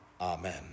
Amen